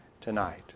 tonight